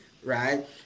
Right